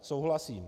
Souhlasím.